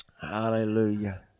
Hallelujah